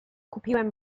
kupiłem